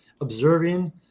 observing